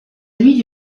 nuit